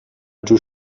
جور